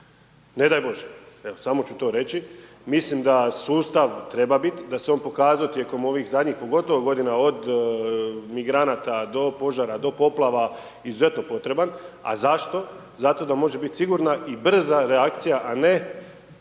Ne daj Bože, samo ću to reći. Mislim da sustav treba biti, da se on pokazao tijekom ovih zadnjih, pogotovo godina, od migranata, do požara, do poplava izuzetno potreban, a zašto? Zato da može biti siguran i brza reakcija, a ne